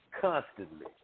constantly